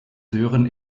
sören